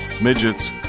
Midget's